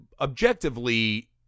objectively